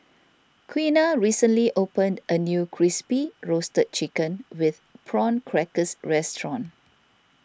Quiana recently opened a new Crispy Roasted Chicken with Prawn Crackers restaurant